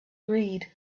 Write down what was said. read